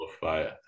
fire